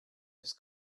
his